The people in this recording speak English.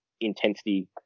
intensity